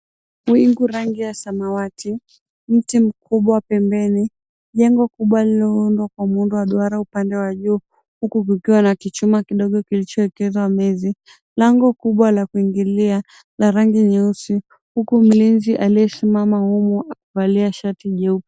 Wingu rangi ya samawati, mti mkubwa pembeni, jengo kubwa linaloundwa kwa muundo wa duara upande wa juu huku kukiwa na kichuma kidogo kilichoekezwa mezi, lango kubwa la kuingililia la rangi nyeusi huku mlinzi aliyesimama humo amevalia shati jeupe.